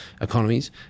economies